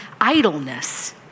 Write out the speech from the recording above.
idleness